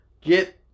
get